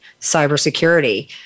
cybersecurity